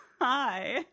Hi